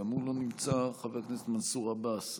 לא נמצא,